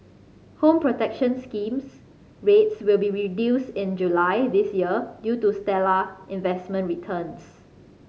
Home Protection Scheme rates will be reduced in July this year due to stellar investment returns